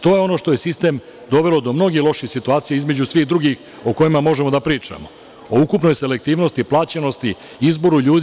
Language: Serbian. To je ono što je sistem dovelo do mnogih loših situacija između svih drugih o kojima možemo da pričamo, o ukupnoj selektivnosti, plaćenosti, izboru ljudi.